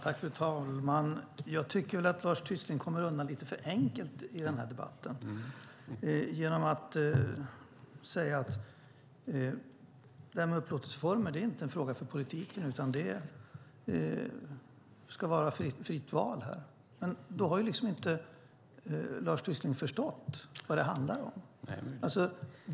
Fru talman! Jag tycker att Lars Tysklind kommer undan lite för enkelt i debatten genom att säga att det här med upplåtelseformer inte är en fråga för politiken, utan det ska vara ett fritt val. Men då har Lars Tysklind inte förstått vad det handlar om.